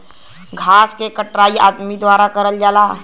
घास के कटाई अदमी के द्वारा करल जाला